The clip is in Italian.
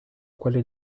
quelle